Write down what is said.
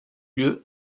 lieu